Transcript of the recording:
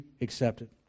accepted